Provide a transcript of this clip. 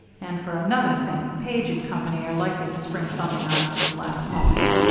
and for another thing, page and company are likely to spring something on us at the last moment.